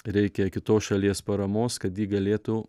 reikia kitos šalies paramos kad ji galėtų